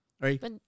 Right